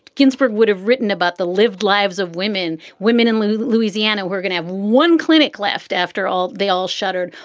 ginsburg would have written about the lived lives of women, women in louisiana. we're gonna have one clinic left, after all. they all shuttered.